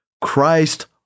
Christ